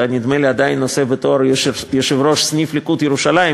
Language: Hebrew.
נדמה לי שאתה עדיין נושא בתואר יושב-ראש סניף הליכוד בירושלים,